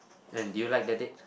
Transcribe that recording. and did you like the date